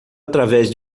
através